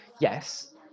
yes